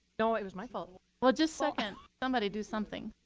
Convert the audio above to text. no, it was my fault. well, just second. somebody do something.